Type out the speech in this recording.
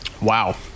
Wow